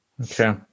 Okay